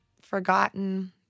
forgotten